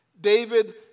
David